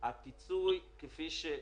זה עניין כספי,